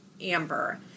Amber